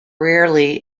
rarely